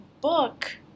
book